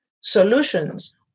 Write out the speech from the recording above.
solutions